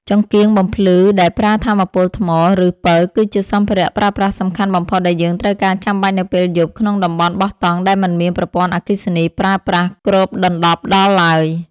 ចង្កៀងបំភ្លឺដែលប្រើថាមពលថ្ម ឬ ពិលគឺជាសម្ភារៈប្រើប្រាស់សំខាន់បំផុតដែលយើងត្រូវការចាំបាច់នៅពេលយប់ក្នុងតំបន់បោះតង់ដែលមិនមានប្រព័ន្ធអគ្គិសនីប្រើប្រាស់គ្របដណ្ដប់ដល់ឡើយ។